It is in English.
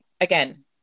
again